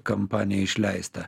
kampanijai išleista